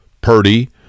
Purdy